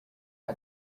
day